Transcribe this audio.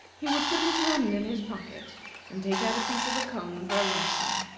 he would put his hand in his pocket and take out a piece of a comb for a luncheon.